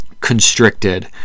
Constricted